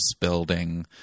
building